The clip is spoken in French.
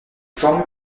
forme